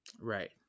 right